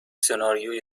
سناریوی